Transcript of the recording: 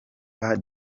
pas